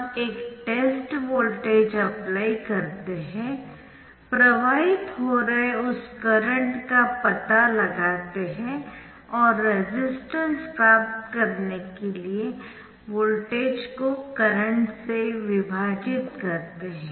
हम एक test voltage apply करते है प्रवाहित हो रहे उस करंट का पता लगाते है और रेसिस्टेंस प्राप्त करने के लिए वोल्टेज को करंट से विभाजित करते है